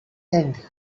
end